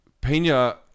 Pena